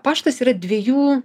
paštas yra dviejų